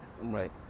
right